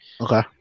Okay